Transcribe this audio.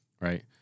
Right